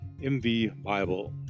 mvbible